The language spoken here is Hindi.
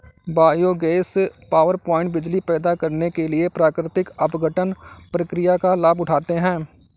बायोगैस पावरप्लांट बिजली पैदा करने के लिए प्राकृतिक अपघटन प्रक्रिया का लाभ उठाते हैं